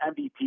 MVP